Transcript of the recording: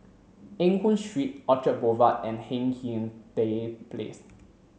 Eng Hoon Street Orchard Boulevard and Hindhede Place